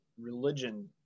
religion